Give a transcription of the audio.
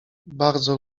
bardzo